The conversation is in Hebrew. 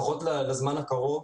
לפחות לזמן הקרוב,